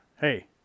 Hey